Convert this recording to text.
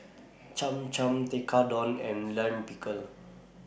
Cham Cham Tekkadon and Lime Pickle